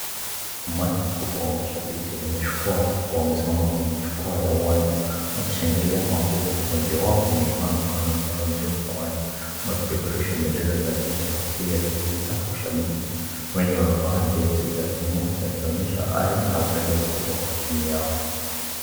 Umati mkubwa wa mashambiki wenye jukwaa kubwa wamesimama kwenye jukwaa la uwanja wakishangilia kwa nguvu, wengi wao wameinua mikono yao juu wakipeperusha bendera za Kenya na kupiga kelele za ushambiki. Wengi wamevaa jezi za timu wakionyesha hari na upendo kubwa kwa timu yao.